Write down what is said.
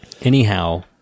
Anyhow